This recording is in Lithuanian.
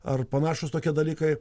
ar panašūs tokie dalykai